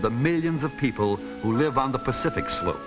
the millions of people who live on the pacific sl